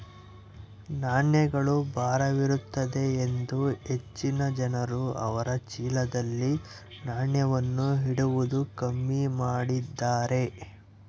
ನಾಣ್ಯಗಳು ಭಾರವಿರುತ್ತದೆಯೆಂದು ಹೆಚ್ಚಿನ ಜನರು ಅವರ ಚೀಲದಲ್ಲಿ ನಾಣ್ಯವನ್ನು ಇಡುವುದು ಕಮ್ಮಿ ಮಾಡಿದ್ದಾರೆ